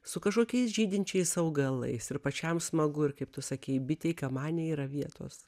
su kažkokiais žydinčiais augalais ir pačiam smagu ir kaip tu sakei bitei kamanei yra vietos